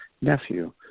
nephew